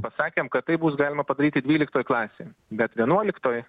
pasakėm kad tai bus galima padaryti dvyliktoj klasėj bet vienuoliktoj